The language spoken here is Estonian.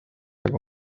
aga